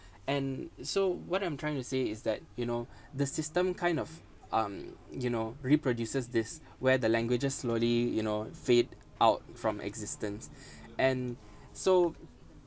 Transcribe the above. and so what I'm trying to say is that you know the system kind of um you know reproduces this where the languages slowly you know fade out from existence and so